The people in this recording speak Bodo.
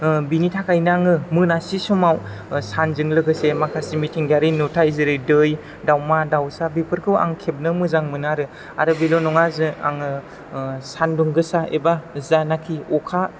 बिनि थाखायनो आङो मोनासि समाव सानजों लोगोसे माखासे मिथिंगायारि नुथाय जेरै दै दाउमा दाउसा बेफोरखौ आं खेबनो मोजां मोनो आरो आरो बेल' नङा जे आङो सान्दुं गोसा एबा जायनाखि अखा